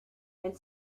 elle